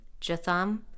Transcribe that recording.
Jatham